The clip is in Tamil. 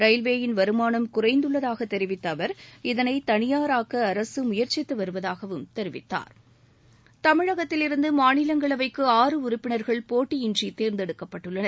ரயில்வேயின் வருமானம் குறைந்துள்ளதாக தெரிவித்த அவர் இதனை தனியாராக்க அரசு முயற்சித்து வருவதாகவும் தெரிவித்தார் தமிழகத்திவிருந்து மாநிலங்களவைக்கு ஆறு உறுப்பினர்கள் போட்டியின்றி தேர்ந்தெடுக்கப்பட்டுள்ளனர்